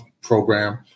program